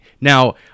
Now